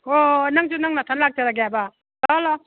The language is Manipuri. ꯍꯣ ꯍꯣ ꯅꯪꯁꯨ ꯅꯪ ꯅꯊꯟ ꯂꯥꯛꯆꯔꯒꯦ ꯍꯥꯏꯕ ꯂꯥꯛꯑꯣ ꯂꯥꯛꯑꯣ